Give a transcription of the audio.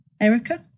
Erica